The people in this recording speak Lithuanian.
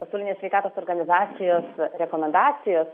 pasaulinės sveikatos organizacijos rekomendacijos